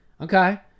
Okay